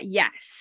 yes